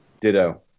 Ditto